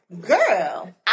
Girl